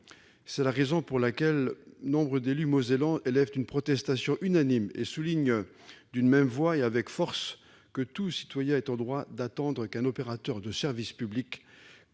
C'est la raison pour laquelle nombre d'élus mosellans élèvent une protestation unanime, soulignant d'une même voix et avec force que tout citoyen est en droit d'attendre qu'un opérateur de services publics